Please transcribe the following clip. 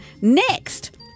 Next